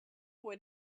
what